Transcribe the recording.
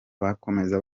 bakomeza